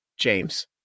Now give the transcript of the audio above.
James